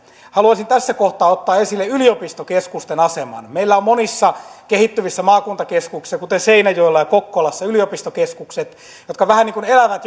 haluaisin tässä kohtaa ottaa esille yliopistokeskusten aseman meillä on monissa kehittyvissä maakuntakeskuksissa kuten seinäjoella ja kokkolassa yliopistokeskukset jotka vähän niin kuin elävät